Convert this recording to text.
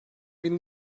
bin